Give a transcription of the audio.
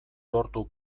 lortu